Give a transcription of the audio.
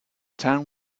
town